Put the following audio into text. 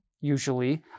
usually